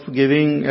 giving